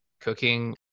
cooking